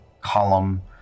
column